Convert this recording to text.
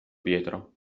pietro